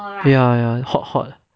ya ya hot hot